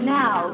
now